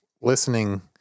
listening